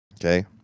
Okay